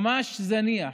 ממש זניח,